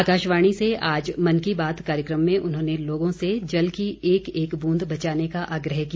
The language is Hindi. आकाशवाणी से आज मन की बात कार्यक्रम में उन्होंने लोगों से जल की एक एक ब्रंद बचाने का आग्रह किया